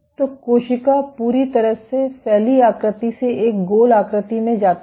तो कोशिका पूरी तरह से फैली आकृति से एक गोल आकृति में जाता है